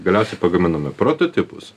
galiausiai pagaminome prototipus